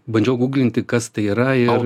bandžiau gūglinti kas tai yra i